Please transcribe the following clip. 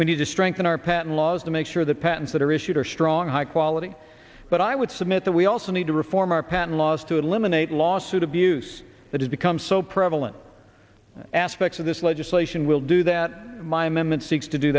we need to strengthen our patent laws to make sure the patents that are issued are strong high quality but i would submit that we also need to reform our patent laws to eliminate lawsuit abuse that has become so prevalent aspects of this legislation will do that my